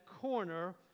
corner